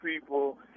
people